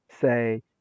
say